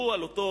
דיברו על אותה